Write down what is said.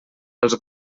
els